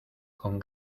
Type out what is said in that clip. con